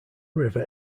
river